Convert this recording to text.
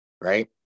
Right